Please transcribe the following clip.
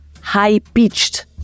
high-pitched